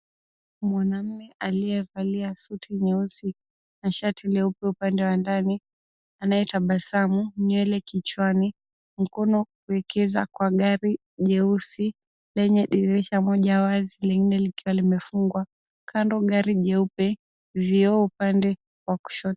Mwanamme aliyevalia suti nyeusi na shati leupe upande wa ndani anaetabasamu nywele kichwani mkono kuekeza kwa gari jeusi lenye dirisha moja wazi lengine likiwa limefungwa kando gari jeupe vioo upande wa kushoto.